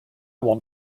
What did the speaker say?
want